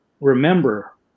remember